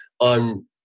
on